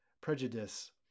prejudice